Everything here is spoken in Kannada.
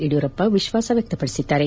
ಯಡಿಯೂರಪ್ಪ ವಿಶ್ವಾಸ ವ್ಯಕ್ತಪಡಿಸಿದ್ದಾರೆ